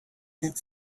that